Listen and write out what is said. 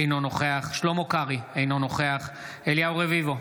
אינו נוכח שלמה קרעי, אינו נוכח אליהו רביבו,